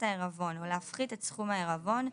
העירבון או להפחית את סכום העירבון,